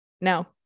No